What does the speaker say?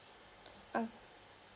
okay